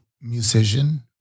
musician